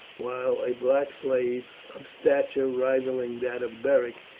while a black slave, of stature rivalling that of beric,